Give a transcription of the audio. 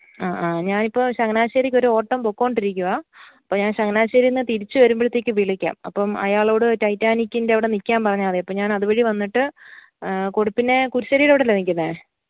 ആ ആ ഞാനിപ്പോൾ ചങ്ങനാശ്ശേരിക്ക് ഒരു ഓട്ടം പോയിക്കോണ്ടിരിക്കുവാണ് അപ്പം ഞാന് ചങ്ങനാശ്ശേരിയിൽ നിന്ന് തിരിച്ച് വരുമ്പോഴത്തേക്ക് വിളിക്കാം അപ്പം അയാളോട് ടൈറ്റാനിക്കിന്റെ അവിടെ നിൽക്കാന് പറഞ്ഞാൽ മതി അപ്പം ഞാന് അത് വഴി വന്നിട്ട് കൊടി പിന്നെ കുരിശ്ശടിയുടെ അവിടെ അല്ലേ നിൽക്കുന്നത്